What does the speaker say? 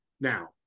Now